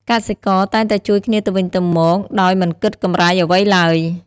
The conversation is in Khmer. កសិករតែងតែជួយគ្នាទៅវិញទៅមកដោយមិនគិតកម្រៃអ្វីឡើយ។